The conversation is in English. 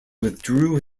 withdrew